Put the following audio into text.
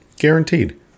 guaranteed